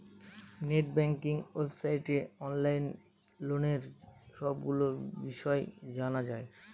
net banking ওয়েবসাইটে online লোনের সবগুলো বিষয় জানা যায়